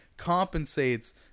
compensates